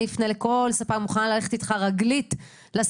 אני אפנה לכל ואני מוכנה ללכת איתך רגלית לספקים,